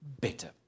better